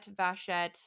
Vachette